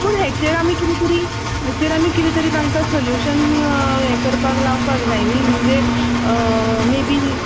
पूण हाचेर आमी कितें तरी हाचेर कितें तरी आमी तांकां सोल्यूशन हें करपाक लावपाक जाय न्ही म्हणजे मे बी